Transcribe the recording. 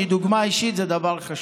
כי דוגמה אישית זה דבר חשוב: